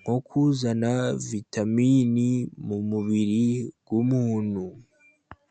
nko kuzana vitamini mu mubiri w'umuntu.